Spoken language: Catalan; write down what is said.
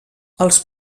els